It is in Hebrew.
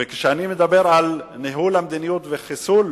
וכשאני מדבר על ניהול המדיניות וחיסול